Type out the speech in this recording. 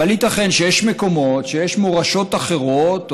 אבל ייתכן שיש מקומות שיש מורשות אחרות,